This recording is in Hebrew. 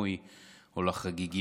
או לחגיגיות המסוימת.